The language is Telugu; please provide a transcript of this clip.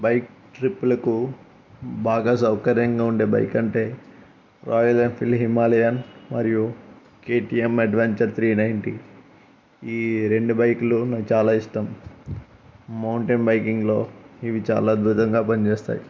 బైక్ ట్రిప్పులకు బాగా సౌకర్యంగా ఉండే బైక్ అంటే రాయల్ ఎన్ఫీల్డ్ హిమాలయన్ మరియు కెటిఎమ్ అడ్వెంచర్ త్రీ నైంటి ఈ రెండు బైకులు నాకు చాలా ఇష్టం మౌంటెన్ బైకింగ్లో ఇవి చాలా అద్భుతంగా పనిచేస్తాయి